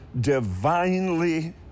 divinely